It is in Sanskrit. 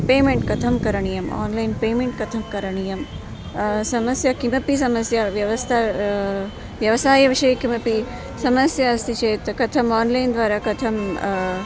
पेमेण्ट् कथं करणीयम् आन्लैन् पेमेण्ट् कथः करणीयं समस्या किमपि समस्या व्यवस्था व्यवसायविषये किमपि समस्या अस्ति चेत् कथम् आन्लैन् द्वारा कथं